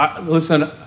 listen